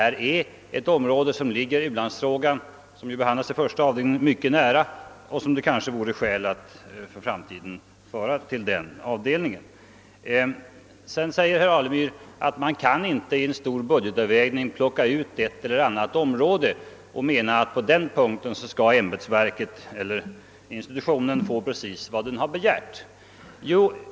Detta är ett område som ligger mycket nära u-landsfrågan, som ju behandlas i första avdelningen. Sedan säger herr Alemyr att man vid en stor budgetövervägning inte kan plocka ut ett eller annat område och ge vederbörande ämbetsverk eller institution precis vad som begärts.